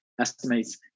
estimates